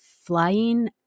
flying